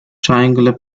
triangular